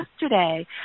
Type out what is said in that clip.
yesterday